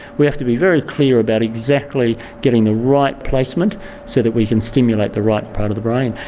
we have to be very clear about exactly getting the right placement so that we can stimulate the right part of the brain.